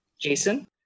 Jason